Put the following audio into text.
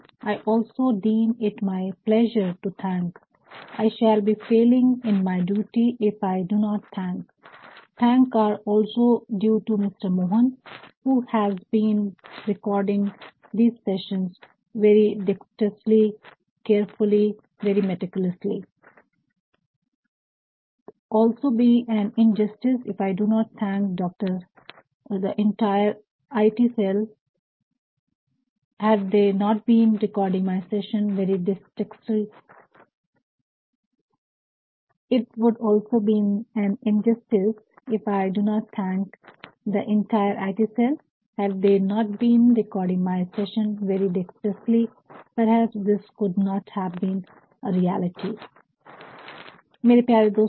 " I also deem it my pleasure to thank" I shall be failing in my duty if I do not thank thanks are also due to mister Mohan who has been recording these sessions very carefully very dexterously very meticulously 'I also deem it my pleasure to thank' I shall be failing in my duty if I do not thank thanks are also due to Mister Mohan who has been recording these sessions very carefully very dexterously very meticulously it would also be an injustice if I do not thank the entire IT cell had they not been recording my sessions very dexterously perhaps this could not have been a reality It would also be an injustice if I do not thank the entire IT cell had they not been recording my sessions very dexterously perhaps this could not have been a realityमेरे प्यारे दोस्तों